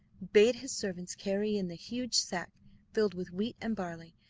bade his servants carry in the huge sack filled with wheat and barley,